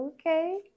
Okay